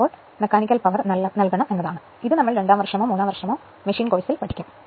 നമ്മൾ ഇത് രണ്ടാം വർഷമോ മൂന്നാം വർഷമോ മെഷീൻ കോഴ്സിൽ പഠിക്കും